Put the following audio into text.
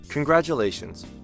Congratulations